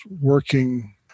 working